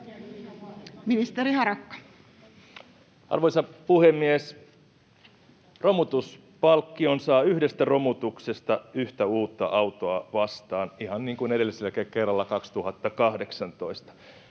Ministeri Harakka. Arvoisa puhemies! Romutuspalkkion saa yhdestä romutuksesta yhtä uutta autoa vastaan, ihan niin kuin edelliselläkin kerralla 2018.